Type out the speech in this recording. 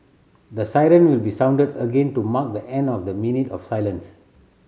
the siren will be sounded again to mark the end of the minute of silence